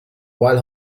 while